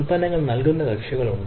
ഉൽപ്പന്നങ്ങൾ നൽകുന്ന കക്ഷികളുണ്ട്